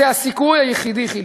זה הסיכוי היחידי, חיליק,